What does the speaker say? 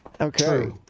Okay